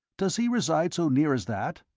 does he reside so near as that?